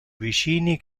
vicini